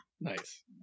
Nice